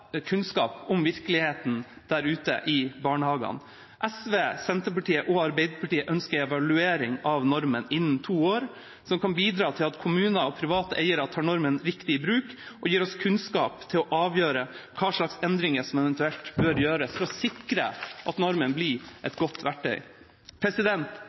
kunnskap om virkeligheten der ute i barnehagene. SV, Senterpartiet og Arbeiderpartiet ønsker en evaluering av normen innen to år, som kan bidra til at kommuner og private eiere tar normen riktig i bruk, og gir oss kunnskap til å avgjøre hva slags endringer som eventuelt bør gjøres for å sikre at normen blir et